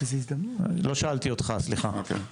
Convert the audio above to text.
לא שאלתי אותך, סליחה.